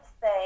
say